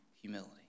humility